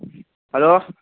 hello